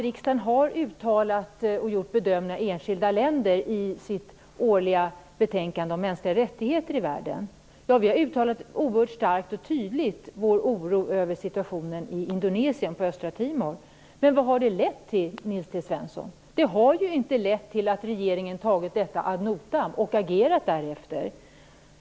Riksdagen har gjort uttalanden och bedömningar av enskilda länder i sitt årliga betänkande om mänskliga rättigheter i världen. Ja, vi har där oerhört starkt och tydligt uttalat vår oro över situationen i Indonesien, på Östra Timor. Men vad har det lett till, Nils T Svensson? Det har ju inte lett till att regeringen har tagit detta ad notam och agerat därefter.